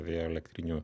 vėjo elektrinių